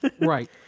Right